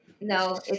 No